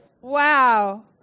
Wow